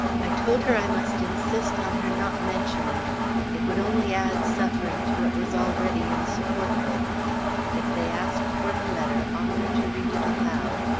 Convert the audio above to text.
i told her i must insist on her not mentioning it it would only add suffering to what was already insupportable if they asked for the letter, offer to read it aloud,